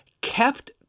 kept